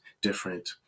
different